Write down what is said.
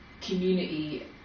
community